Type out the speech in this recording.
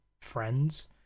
friends